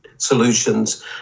solutions